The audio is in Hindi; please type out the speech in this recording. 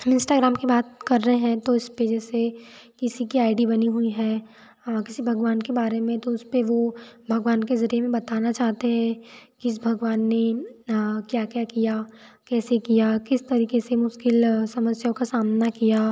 हम इंस्टाग्राम की बात कर रहे हैं तो इस पर जैसे किसी की आई डी बनी हुई है किसी भगवान के बारे में तो उस पर वो भगवान के ज़रिए हमें बताना चाहते हैं कि इस भगवान ने क्या क्या किया कैसे किया किस तरीक़े से मुश्किल समस्याओं का सामना किया